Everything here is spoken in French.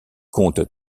compte